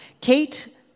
Kate